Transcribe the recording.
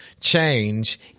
change